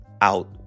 out